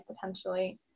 potentially